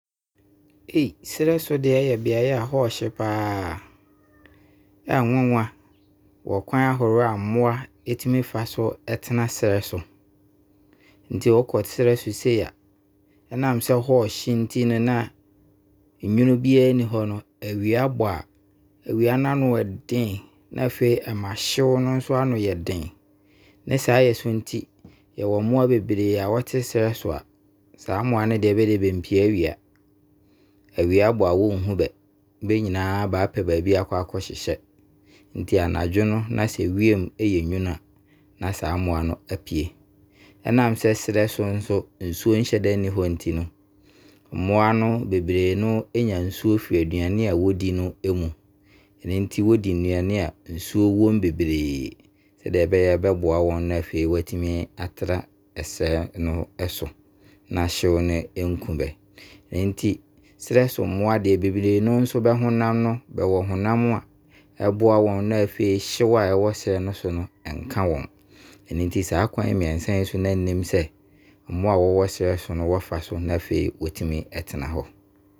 serɛ so deɛ yɛ biaeɛ a hɔ ɛhye paa. Ɛwanwan wɔ kwan ahoroɔ a mmoa bɛfa so tena serɛ so. Nti, wo kɔ serɛ so sie a, ɛnam sɛ hɔ ɔhye nti no na nwunu biara nni hɔ no, awia bɔ a, awia no ano ɔden. Afei nso ɛma hyeeɛ no ano yɛ den. Ne saa yɛ so nti, yɛwɔ mmoa bebree a wɔte serɛ so a, saa mmoa yi bɛdeɛ bɛmpue awia. Awia bɔ a wo nhunu bɛ. Bɛ nyinaa baapɛ baabi adwane akɔhyehyɛ. Nti anadwo no, na sɛ wiem ɛyɛ nwunu a na saa mmoa no apue. Ɛnam sɛ serɛ so nsuo nhyɛda nni hɔ no nti no, mmoa no bebree no ɛnya nsuo firi aduane wɔdi no ɛmu. Ɛno nti wɔdi nnuane a nsuo wɔ mu bebree sɛdeɛ ɛbɛyaa ɛbɛboa bɛ na wɔatumi atena serɛ no so. Na hyew no anku bɛ. Enti serɛ so mmoa deɛ, bebree no nso bɛhonam no, bɛwɔ honam a ɛboa wɔn na afei hyew a ɛwɔ serɛ no so no anka wɔn. Nti no saa kwan mmiɛnsa yi so no na nnim sɛ mmoa a wɔwɔ serɛ so no wɔfa so na afei wɔtumi ɛtena hɔ.